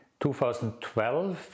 2012